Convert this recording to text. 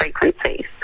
frequencies